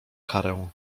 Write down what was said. karę